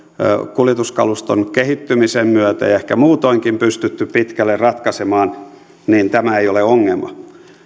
kuljetuskaluston kehittymisen myötä ja ehkä muutoinkin pystytty pitkälle ratkaisemaan niin tämä ei ole ongelma